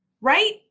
right